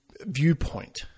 viewpoint